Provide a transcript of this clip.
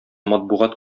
матбугат